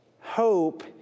hope